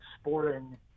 sporting